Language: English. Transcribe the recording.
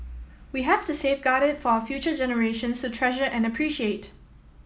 we have to safeguard it for our future generations to treasure and appreciate